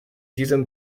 diesem